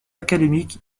académique